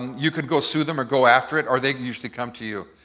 you could go sue them or go after it, or they usually come to you.